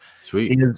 Sweet